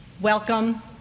welcome